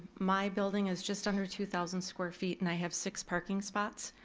my building is just under two thousand square feet and i have six parking spots.